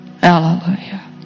Hallelujah